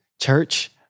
Church